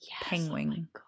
Penguin